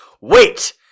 Wait